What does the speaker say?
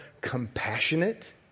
compassionate